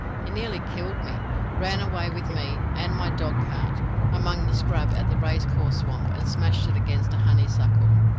he nearly killed me ran away with me and my dog-cart among the scrub at the racecourse swamp, and smashed it against a honeysuckle.